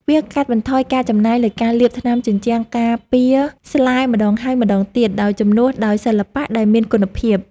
វាកាត់បន្ថយការចំណាយលើការលាបថ្នាំជញ្ជាំងការពារស្លែម្ដងហើយម្ដងទៀត ដោយជំនួសដោយសិល្បៈដែលមានគុណភាព។